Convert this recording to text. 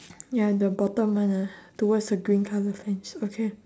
ya the bottom one ah towards the green colour fence okay